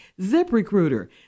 ZipRecruiter